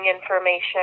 information